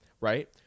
right